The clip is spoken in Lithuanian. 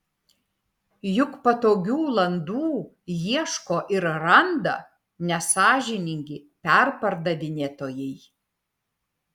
juk patogių landų ieško ir randa nesąžiningi perpardavinėtojai